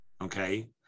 Okay